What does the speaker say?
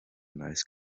nice